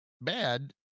bad